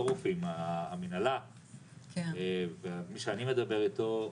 המנהלה ומי שאני מדבר איתו,